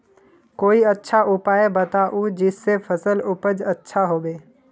कोई अच्छा उपाय बताऊं जिससे फसल उपज अच्छा होबे